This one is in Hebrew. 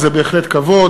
וזה בהחלט כבוד,